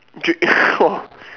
drink !wah!